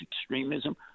extremism